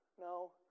No